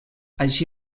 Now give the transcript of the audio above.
així